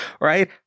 Right